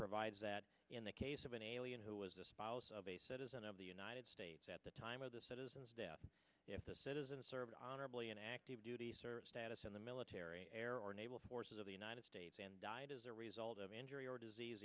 provides that in the case of an alien who was the spouse of a citizen of the united states at the time of the citizens death if the citizen served honorably in active duty service status in the military air or naval forces of the united states and died as a result of injury or disease